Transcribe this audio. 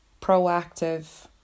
proactive